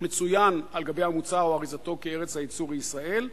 ומצוין על גבי המוצר או אריזתו כי ארץ הייצור היא ישראל.